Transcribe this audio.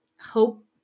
hope